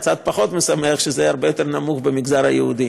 הצד הפחות משמח הוא שזה הרבה יותר נמוך במגזר היהודי,